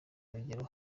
urugero